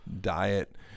diet